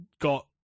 Got